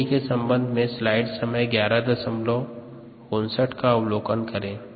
OD के सम्बंध में स्लाइड समय 1159 का अवलोकन करें